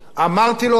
אמרתי לו אז,